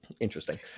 Interesting